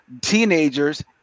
teenagers